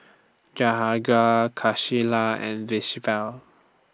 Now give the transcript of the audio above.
Jahangir Kaishla and Vishal Well